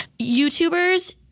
youtubers